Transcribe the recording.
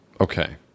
okay